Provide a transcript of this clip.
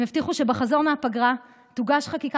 הם הבטיחו שבחזרה מהפגרה תוגש חקיקה